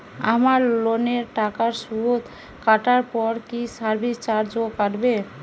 আমার লোনের টাকার সুদ কাটারপর কি সার্ভিস চার্জও কাটবে?